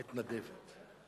מתנדבת.